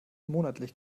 monatlich